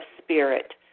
spirit